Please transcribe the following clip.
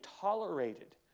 tolerated